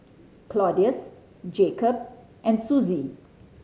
Claudius Jakob and Suzie